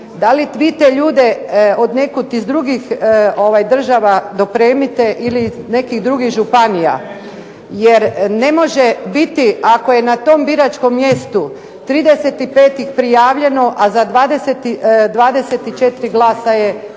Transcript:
Da li vi te ljude od nekud iz drugih država dopremite ili iz nekih drugih županija, jer ne može biti ako je na tom biračkom mjestu 35 ih prijavljeno, a za 24 glasa je